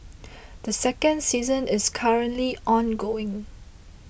the second season is currently ongoing